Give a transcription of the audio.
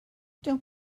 don’t